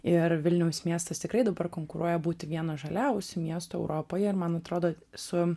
ir vilniaus miestas tikrai dabar konkuruoja būti vienas žaliausių miestų europoje ir man atrodo su